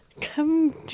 come